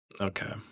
Okay